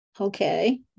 Okay